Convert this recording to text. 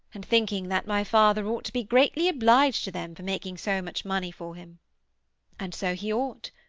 and thinking that my father ought to be greatly obliged to them for making so much money for him and so he ought.